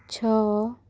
ଛଅ